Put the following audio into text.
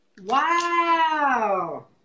Wow